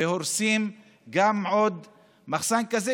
והורסים מחסן כזה,